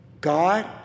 God